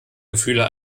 gefühle